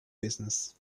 business